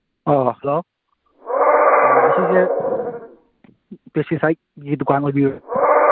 ꯑꯥ hello ꯑꯥ ꯑꯁꯤꯁꯦ ꯄꯦꯁꯇꯤꯁꯥꯏꯠꯀꯤ ꯗꯨꯀꯥꯟ ꯑꯣꯏꯕꯤꯔ